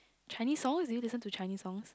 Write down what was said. Chinese songs do you listen to Chinese songs